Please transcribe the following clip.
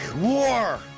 war